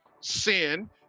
sin